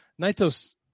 naito's